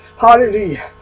Hallelujah